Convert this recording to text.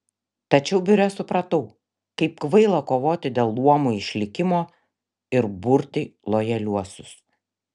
tačiau biure supratau kaip kvaila kovoti dėl luomų išlikimo ir burti lojaliuosius